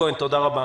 רועי כהן, תודה רבה.